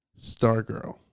Stargirl